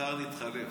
כשמחר נתחלף,